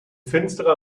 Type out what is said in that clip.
finsterer